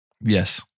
Yes